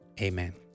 Amen